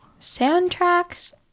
Soundtracks